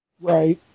Right